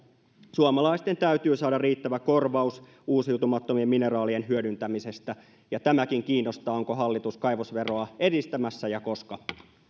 suomalaisten täytyy saada riittävä korvaus uusiutumattomien mineraalien hyödyntämisestä ja sekin kiinnostaa onko hallitus kaivosveroa edistämässä ja koska